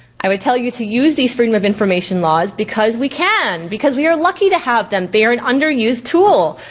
i would tell you to use these freedom of information laws because we can. because we are lucky to have them. they're an underused tool.